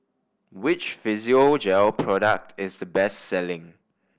which Physiogel product is the best selling